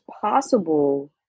possible